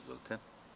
Izvolite.